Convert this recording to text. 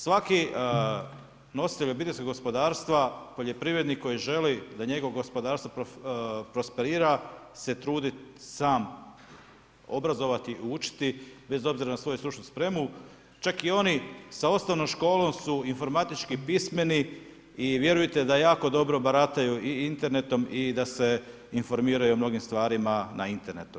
Svaki nosite OPG-a poljoprivrednik koji želi da njegovo gospodarstvo prosperira će se truditi sam obrazovati, učiti bez obzira na svoju stručnu spremu, čak i oni sa osnovnom školom su informatički pismeni i vjerujte da jako dobro barataju i internetom i da se informiraju o mnogim stvarima na internetu.